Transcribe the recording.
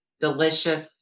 Delicious